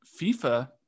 FIFA